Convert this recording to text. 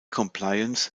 compliance